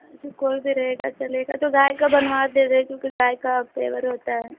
अच्छा कोई भी रहेगा चलेगा तो गाय का बनवा दे रहे क्योंकि गाय का पेवर होता है